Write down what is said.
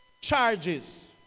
charges